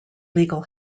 legal